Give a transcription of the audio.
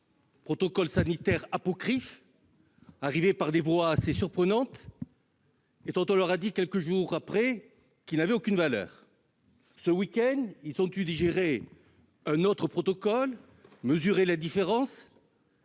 protocole sanitaire apocryphe arrivé par des voies assez surprenantes et dont on leur a dit, quelques jours plus tard, qu'il n'avait aucune valeur. Ce week-end, ils ont dû digérer un autre protocole, mesurer la différence